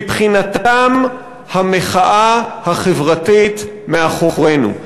מבחינתם, המחאה החברתית מאחורינו.